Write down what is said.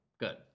Good